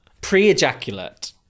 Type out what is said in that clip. Pre-ejaculate